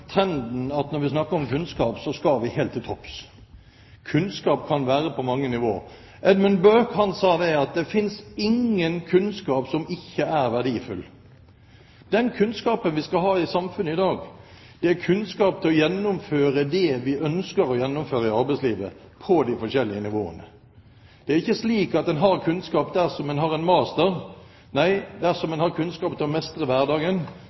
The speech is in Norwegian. trenden at når vi snakker om kunnskap, skal vi helt til topps. Kunnskap kan være på mange nivåer. Edmund Burke sa: «Det finnes ingen kunnskap som ikke er verdifull.» Den kunnskapen vi skal ha i samfunnet i dag, er kunnskap til å gjennomføre det vi ønsker å gjennomføre i arbeidslivet på de forskjellige nivåene. Det er ikke slik at en har kunnskap dersom en har en master. Nei, dersom en har kunnskap til å mestre hverdagen,